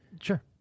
Sure